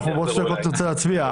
אנחנו בעוד שתי דקות נרצה להצביע.